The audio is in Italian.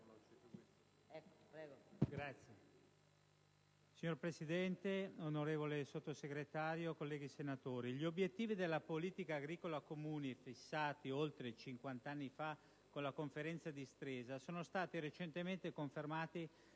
Signora Presidente, onorevole Sottosegretario, colleghi senatori, gli obiettivi della politica agricola comune, fissati oltre 50 anni fa con la Conferenza di Stresa, sono stati recentemente confermati